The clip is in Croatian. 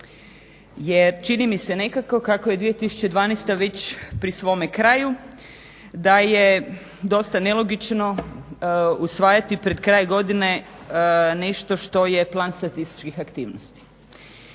Jer čini mi se nekako kako je 2012. već pri svome kraju, da je dosta nelogično usvajati pred kraj godine nešto što je plan statističkih aktivnosti.